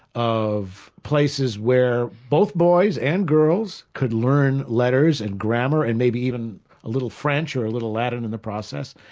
of places where both boys and girls could learn letters and grammar and maybe even a little french or a little latin in the process,